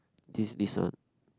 this this one